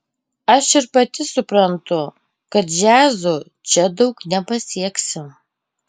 aš ir pati suprantu kad džiazu čia daug nepasieksi